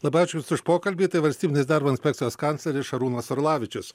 labai ačiū jums už pokalbį tai valstybinės darbo inspekcijos kancleris šarūnas orlavičius